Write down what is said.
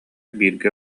бииргэ